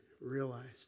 realized